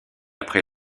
après